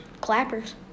Clappers